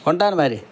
ఉంటాను మరి